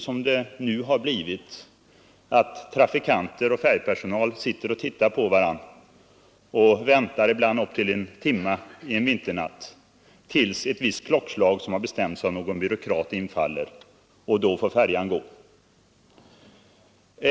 Som det nu har blivit sitter trafikanter och färjpersonal och tittar på varandra och väntar — det kan bli upp till en timmes väntan en vinternatt — på att ett visst klockslag, som har bestämts av någon byråkrat, skall infalla, då färjan får gå.